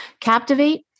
Captivate